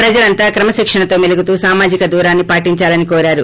ప్రజలంతా క్రమశిక్షణతో మెలుగుతూ సామాజిక దూరాన్ని పాటిందాలని కోరారు